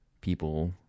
people